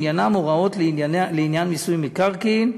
שעניינם הוראות לעניין מיסוי מקרקעין,